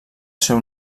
seu